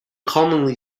commonly